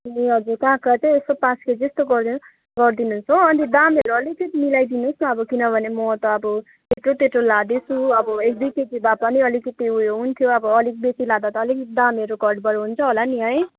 ए हजुर काँक्रा चाहिँ यसो पाँच केजी जस्तो गरिदिनुहोस् गरिदिनुहोस् हो अनि दामहरू अलिकति मिलाइ दिनुहोस् न अब किनभने म त अब त्यत्रो त्यत्रो लादैँछु अब एक दुई केजी भए पनि अब अलिकति उयो हुन्थ्यो अब अलिक बेसी लाँदा त दामहरू घटबढ हुन्छ होला नि है